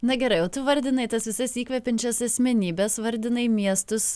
na gerai o tu vardinai tas visas įkvepiančias asmenybes vardinai miestus